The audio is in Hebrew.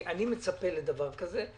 אני מצפה לדבר כזה.